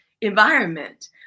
environment